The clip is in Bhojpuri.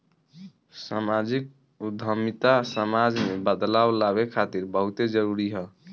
सामाजिक उद्यमिता समाज में बदलाव लावे खातिर बहुते जरूरी ह